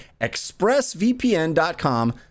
expressvpn.com